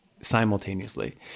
simultaneously